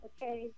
Okay